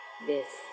yes